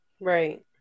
Right